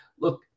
Look